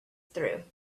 through